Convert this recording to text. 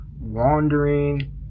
wandering